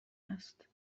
هست